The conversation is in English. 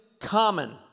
common